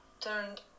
turned